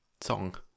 song